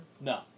No